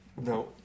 No